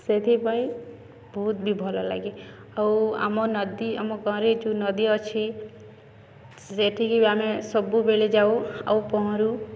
ସେଥିପାଇଁ ବହୁତ ବି ଭଲ ଲାଗେ ଆଉ ଆମ ନଦୀ ଆମ ଗାଁ'ରେ ଯୋଉ ନଦୀ ଅଛି ସେଠିକି ଆମେ ସବୁବେଳେ ଯାଉ ଆଉ ପହଁରୁ